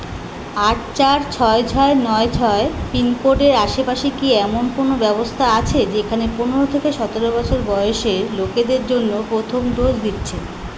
আট চার ছয় ছয় নয় ছয় পিনকোডের আশেপাশে কি এমন কোনও ব্যবস্থা আছে যেখানে পনেরো থেকে সতেরো বছর বয়সের লোকেদের জন্য প্রথম ডোজ দিচ্ছে